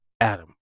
Adam